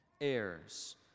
heirs